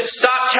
stop